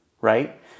Right